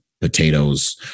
potatoes